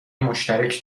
مشترک